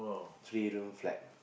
three room flat